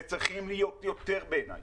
וצריכים להיות יותר, בעיניי.